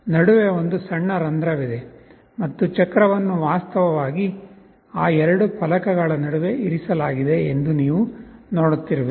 ನಡುವೆ ಒಂದು ಸಣ್ಣ ರಂಧ್ರವಿದೆ ಮತ್ತು ಚಕ್ರವನ್ನು ವಾಸ್ತವವಾಗಿ ಆ ಎರಡು ಫಲಕಗಳ ನಡುವೆ ಇರಿಸಲಾಗಿದೆ ಎಂದು ನೀವು ನೋಡುತ್ತಿರುವಿರಿ